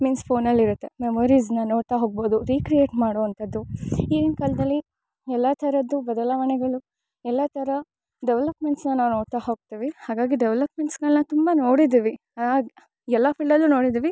means ಫೋನಲ್ಲಿ ಇರುತ್ತೆ ಮೆಮೊರೀಸ್ನ ನೋಡ್ತಾ ಹೋಗ್ಬೋದು ರೀಕ್ರಿಯೇಟ್ ಮಾಡುವಂಥದ್ದು ಈಗಿನ ಕಾಲದಲ್ಲಿ ಎಲ್ಲ ಥರದ್ದು ಬದಲಾವಣೆಗಳು ಎಲ್ಲ ಥರ ಡೆವಲಪ್ಮೆಂಟ್ಸ್ನ ನಾವು ನೋಡ್ತಾ ಹೋಗ್ತಿವಿ ಹಾಗಾಗಿ ಡೆವಲಪ್ಮೆಂಟ್ಸ್ನೆಲ್ಲ ತುಂಬ ನೋಡಿದಿವಿ ಅದ್ ಎಲ್ಲ ಫೀಲ್ಡಲ್ಲು ನೋಡಿದಿವಿ